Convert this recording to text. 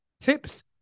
tips